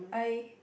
I